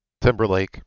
Timberlake